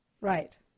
Right